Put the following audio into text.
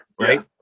right